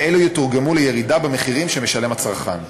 והוא יתורגם לירידה במחירים שמשלם הצרכן.